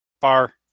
Bar